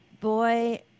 Boy